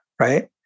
right